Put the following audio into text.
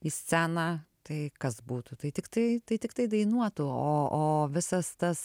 į sceną tai kas būtų tai tiktai tai tiktai dainuotų o o visas tas